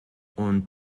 und